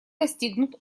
достигнут